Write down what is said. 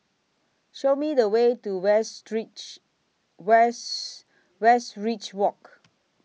Show Me The Way to Wes Westridge Walk